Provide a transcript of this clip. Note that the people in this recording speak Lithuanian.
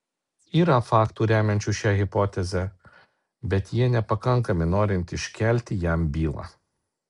yra faktų remiančių šią hipotezę bet jie nepakankami norint iškelti jam bylą